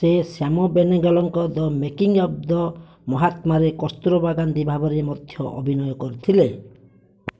ସେ ଶ୍ୟାମ ବେନେଗଲଙ୍କ the making of the ମହାତ୍ମାରେ କସ୍ତୁରବା ଗାନ୍ଧୀ ଭାବରେ ମଧ୍ୟ ଅଭିନୟ କରିଥିଲେ